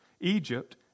Egypt